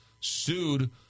Sued